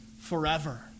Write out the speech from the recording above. forever